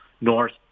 North